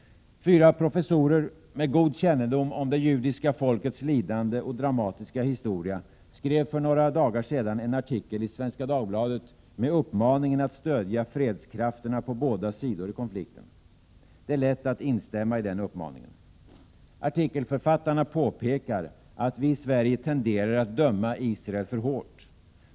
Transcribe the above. Fyra professorer med god kännedom om det judiska folkets lidande och dramatiska historia skrev för några dagar sedan en artikel i Svenska Dagbladet med uppmaningen att stödja fredskrafterna på båda sidor i konflikten. Det är lätt att instämma i den uppmaningen. Artikelförfattarna påpekar att vi i Sverige tenderar att döma Israel för hårt.